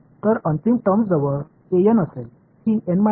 எனவே இந்த இறுதி வெளிப்பாடு கொண்டிருக்கும்